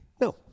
No